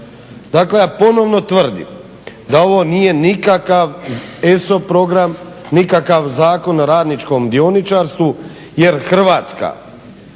Dakle ja ponovno tvrdim da ovo nije nikakav ESOP program, nikakav zakon o radničkom dioničarstvu jer Hrvatske,